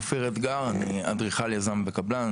אני אופיר אתגר, אני אדריכל, יזם וקבלן.